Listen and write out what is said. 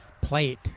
plate